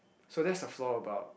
so that's the flaw about